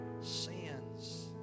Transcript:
sins